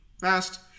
fast